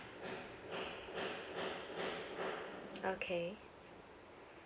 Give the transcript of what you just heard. okay